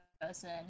person